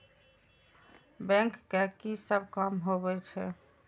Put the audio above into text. Bank के की सब काम होवे छे?